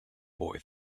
boy